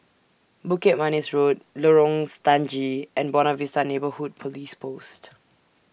Bukit Manis Road Lorong Stangee and Buona Vista Neighbourhood Police Post